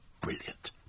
brilliant